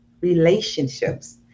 relationships